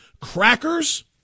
crackers